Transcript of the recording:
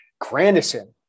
Grandison